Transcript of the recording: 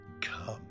come